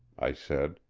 i said,